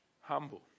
humble